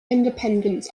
independent